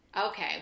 Okay